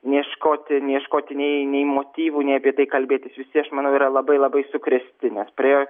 neieškoti neieškoti nei nei motyvų nei apie tai kalbėtis visi aš manau yra labai labai sukrėsti nes praėjo